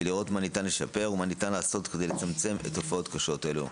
ולראות מה ניתן לשפר ומה ניתן לעשות כדי לצמצם תופעות קשות אלו.